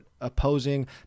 opposing